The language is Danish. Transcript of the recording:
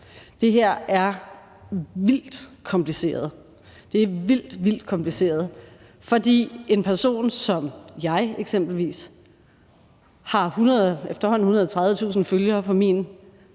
Det her er vildt kompliceret, det er vildt, vildt kompliceret, for en person som jeg eksempelvis har efterhånden 130.000 følgere på min